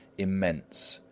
immense,